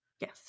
Yes